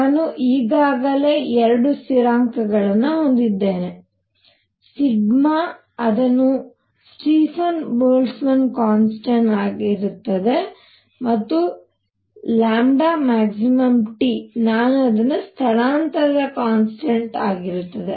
ನಾನು ಈಗಾಗಲೇ ಎರಡು ಸ್ಥಿರಾಂಕಗಳನ್ನು ಹೊಂದಿದ್ದೇನೆ ಅದು ಸ್ಟೀಫನ್ ಬೋಲ್ಟ್ಜ್ಮನ್ ಕಾನ್ಸ್ಟಂಟ್ ಆಗಿರುತ್ತದೆ ಮತ್ತು maxT ನಾನು ಅದು ಸ್ಥಳಾಂತರ ಕಾನ್ಸ್ಟಂಟ್ ಆಗಿರುತ್ತದೆ